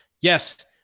Yes